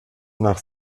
nach